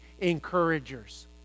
encouragers